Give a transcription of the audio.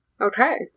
okay